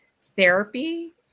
therapy